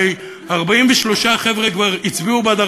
הרי 43 חבר'ה כבר הצביעו בעד,